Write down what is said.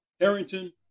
Harrington